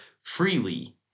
freely